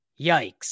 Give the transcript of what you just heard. yikes